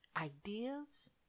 ideas